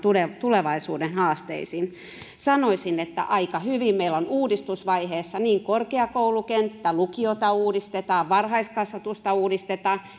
tulevaisuuden haasteisiin sanoisin että aika hyvin meillä on uudistusvaiheessa korkeakoulukenttä lukiota uudistetaan varhaiskasvatusta uudistetaan